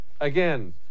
Again